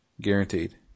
guaranteed